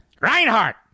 Reinhardt